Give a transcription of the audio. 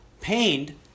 pained